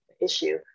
issue